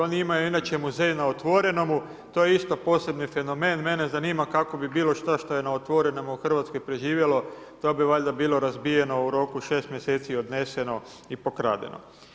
Oni imaju inače muzej na otvorenom, to je isto posebni fenomen, mene zanima kako bi bilo što je otvorenom u Hrvatskoj preživjelo, to bi valjda bilo razbijeno u roku 6 mjeseci odneseno i pokradeno.